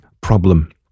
problem